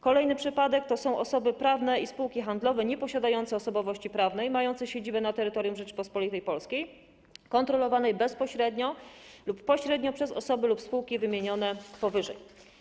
Kolejny przypadek to są osoby prawne i spółki handlowe nieposiadające osobowości prawnej, mające siedzibę na terytorium Rzeczypospolitej Polskiej, kontrolowane bezpośrednio lub pośrednio przez osoby lub spółki wymienione powyżej.